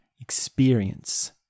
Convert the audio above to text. experience